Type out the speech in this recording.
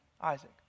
Isaac